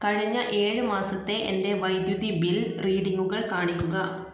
കഴിഞ്ഞ ഏഴ് മാസത്തെ എൻ്റെ വൈദ്യുതി ബിൽ റീഡിംഗുകൾ കാണിക്കുക